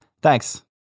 Thanks